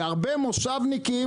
והרבה מושבניקים,